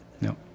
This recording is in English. No